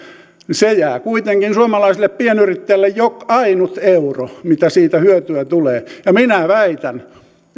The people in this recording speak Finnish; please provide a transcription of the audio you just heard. se jää kuitenkin suomalaiselle pienyrittäjälle jokainut euro mitä siitä hyötyä tulee minä väitän